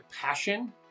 passion